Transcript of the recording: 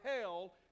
hell